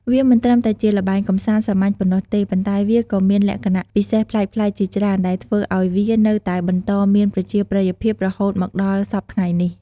វាមិនត្រឹមតែជាល្បែងកម្សាន្តសាមញ្ញប៉ុណ្ណោះទេ ប៉ុន្តែវាក៏មានលក្ខណៈពិសេសប្លែកៗជាច្រើន ដែលធ្វើឱ្យវានៅតែបន្តមានប្រជាប្រិយភាពរហូតមកដល់សព្វថ្ងៃនេះ។